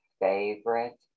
favorite